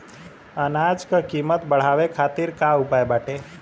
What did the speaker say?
अनाज क कीमत बढ़ावे खातिर का उपाय बाटे?